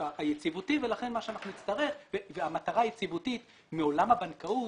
היציבותי והמטרה היציבותית מעולם הבנקאות,